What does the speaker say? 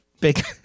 Big